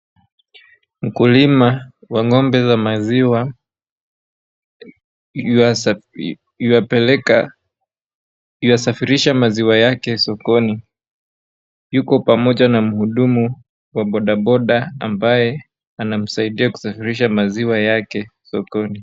Mkulima wa ng'ombe za maziwa yu amepeleka, yu asafirisha maziwa yake sokoni. Yuko pamoja na mhudumu wa bodaboda ambaye anamsaidia kusafirisha maziwa yake sokoni.